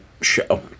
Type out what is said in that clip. show